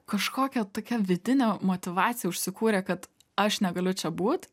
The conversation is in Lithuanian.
kažkokia tokia vidinė motyvacija užsikūrė kad aš negaliu čia būt